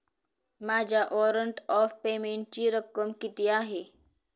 माझ्या warrant of पेमेंटची रक्कम किती आहे?